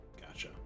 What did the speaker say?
Gotcha